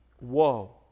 Whoa